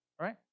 Right